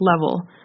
level